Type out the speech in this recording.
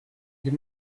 give